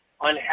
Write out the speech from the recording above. on